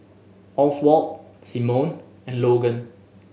Oswald Simone and Logan